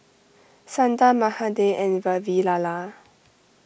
Sundar Mahade and Vavilala